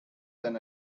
than